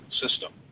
system